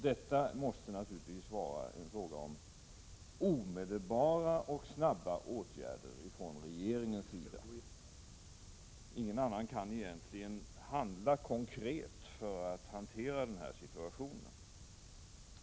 Det är naturligtvis en sak som måste bli föremål för omedelbara och snabba åtgärder från regeringens sida —- ingen annan kan egentligen handla konkret för att hantera situationen.